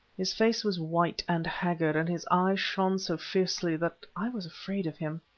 his face was white and haggard, and his eyes shone so fiercely that i was afraid of him.